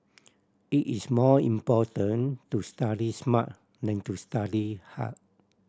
it is more important to study smart than to study hard